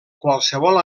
qualsevol